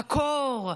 הקור,